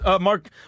Mark